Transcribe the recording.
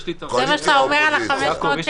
יש לי את --- זה מה שאתה אומר על ה-500 שקל?